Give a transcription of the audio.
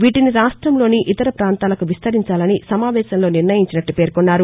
వీటిని రాష్టంలోని ఇతర ప్రాంతాలకు విస్తరించాలని సమావేశంలో నిర్ణయించినట్లు పేర్కొన్నారు